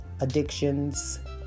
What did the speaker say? addictions